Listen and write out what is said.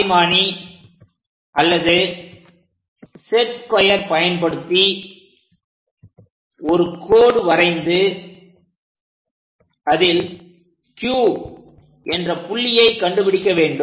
பாகைமானி அல்லது set square பயன்படுத்தி ஒரு கோடு வரைந்து அதில் Q என்ற புள்ளியை கண்டுபிடிக்க வேண்டும்